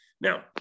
Now